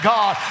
God